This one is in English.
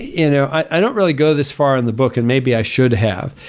you know i don't really go this far in the book and maybe i should have,